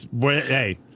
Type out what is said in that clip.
hey